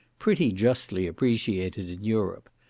pretty justly appreciated in europe.